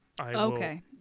Okay